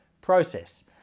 process